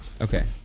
Okay